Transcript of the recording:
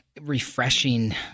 refreshing